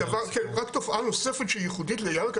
תופעה נוספת שהיא ייחודית לירכא,